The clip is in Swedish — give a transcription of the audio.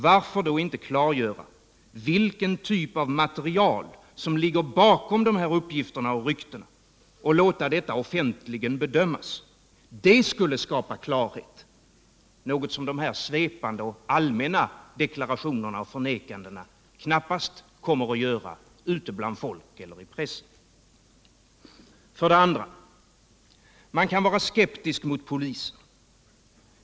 Varför inte klargöra vilken typ av material som ligger bakom dessa uppgifter och rykten och låta deua offentligen bedömas? Det skulle skapa klarhet, något som de här svepande och allmänna deklarationerna och förnekandena knappast kommer alt göra bland folket eller i pressen. För det andra: Man kan vara skepusk mot polisen.